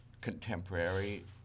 contemporary